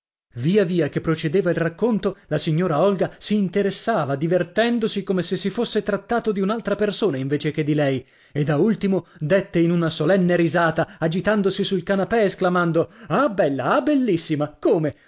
via via che procedeva il racconto la signora olga si interessava divertendosi come se si fosse trattato di un'altra persona invece che di lei e da ultimo dette in una solenne risata agitandosi sul canapè esclamando ah bella ah bellissima come